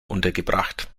untergebracht